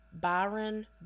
Byron